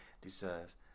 deserve